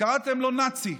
קראתם לו "נאצי".